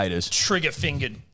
trigger-fingered